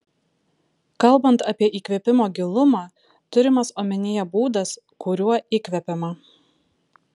kalbant apie įkvėpimo gilumą turimas omenyje būdas kuriuo įkvepiama